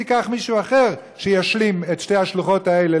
תיקח מישהו אחר שישלים את שתי השלוחות האלה,